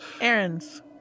Errands